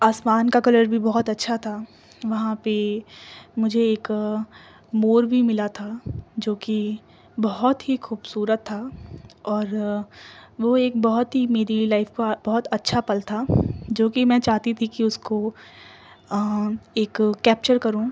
آسمان کا کلر بھی بہت اچھا تھا وہاں پہ مجھے ایک مور بھی ملا تھا جو کہ بہت ہی خوبصورت تھا اور وہ ایک بہت ہی میری لائف کا بہت اچھا پل تھا جو کہ میں چاہتی تھی کہ اس کو ایک کیپچر کروں